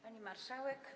Pani Marszałek!